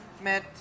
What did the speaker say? met